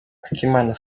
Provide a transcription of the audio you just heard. akimana